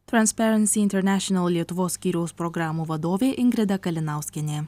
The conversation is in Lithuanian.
transparency international lietuvos skyriaus programų vadovė ingrida kalinauskienė